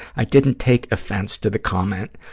i didn't take offense to the comment.